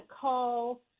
call